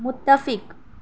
متفق